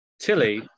Tilly